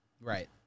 Right